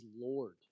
Lord